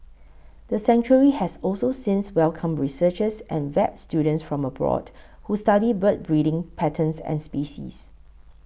the sanctuary has also since welcomed researchers and vet students from abroad who study bird breeding patterns and species